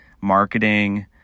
marketing